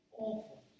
awful